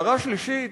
הערה שלישית,